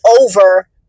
over